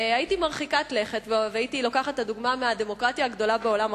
הייתי מרחיקה לכת ולוקחת את הדוגמה מהדמוקרטיה הגדולה בעולם,